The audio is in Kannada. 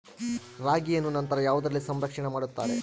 ರಾಗಿಯನ್ನು ನಂತರ ಯಾವುದರಲ್ಲಿ ಸಂರಕ್ಷಣೆ ಮಾಡುತ್ತಾರೆ?